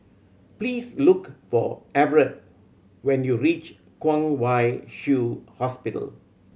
please look for Evertt when you reach Kwong Wai Shiu Hospital